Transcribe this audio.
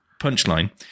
punchline